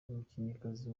umukinnyikazi